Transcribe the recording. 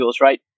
right